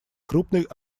крупной